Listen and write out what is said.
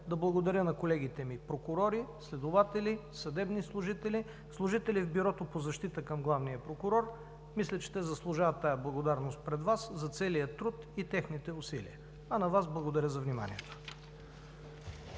Да благодаря на колегите ми прокурори, следователи, съдебни служители, служители в Бюрото по защита към главния прокурор. Мисля, че те заслужават тази благодарност пред Вас за целия труд и техните усилия, а на Вас – благодаря за вниманието.